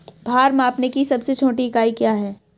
भार मापने की सबसे छोटी इकाई क्या है?